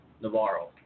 Navarro